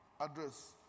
address